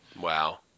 wow